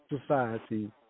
society